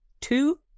Two